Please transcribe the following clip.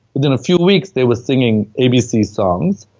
within a few weeks they were singing abc songs.